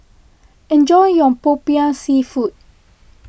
enjoy your Popiah Seafood